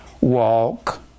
walk